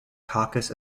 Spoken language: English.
caucus